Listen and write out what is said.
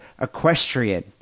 equestrian